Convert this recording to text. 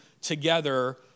together